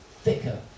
thicker